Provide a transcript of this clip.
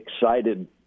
excited